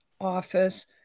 office